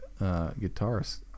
guitarist